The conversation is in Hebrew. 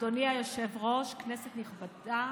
אדוני היושב-ראש, כנסת נכבדה,